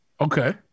Okay